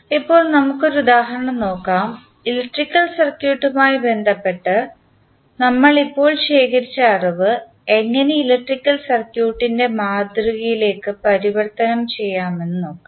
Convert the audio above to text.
ഇപ്പോൾ നമുക്ക് ഒരു ഉദാഹരണം നോക്കാം ഇലക്ട്രിക്കൽ സർക്യൂട്ടുമായി ബന്ധപ്പെട്ട് നമ്മൾ ഇപ്പോൾ ശേഖരിച്ച അറിവ് എങ്ങനെ ഇലക്ട്രിക്കൽ സർക്യൂട്ടിൻറെ മാതൃകയിലേക്ക് പരിവർത്തനം ചെയ്യാമെന്ന് നോക്കാം